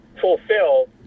fulfill